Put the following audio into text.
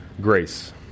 grace